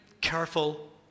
careful